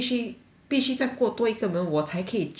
必须在过多一个门我才可以去到